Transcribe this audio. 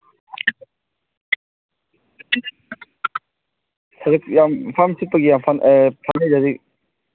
ꯍꯧꯖꯤꯛ ꯌꯥꯝ ꯐꯥꯝ ꯁꯤꯠꯄꯒꯤ ꯌꯥꯝ